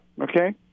Okay